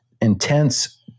intense